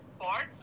sports